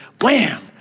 wham